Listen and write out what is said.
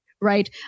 right